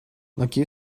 лакей